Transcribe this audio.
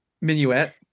Minuet